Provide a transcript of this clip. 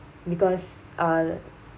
because uh